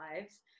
lives